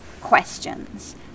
questions